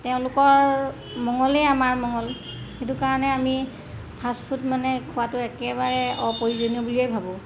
তেওঁলোকৰ মঙ্গলেই আমাৰ মঙ্গল সেইটো কাৰণে আমি ফাষ্ট ফুড মানে খোৱাটো একেবাৰে অপ্ৰয়োজনীয় বুলিয়েই ভাবোঁ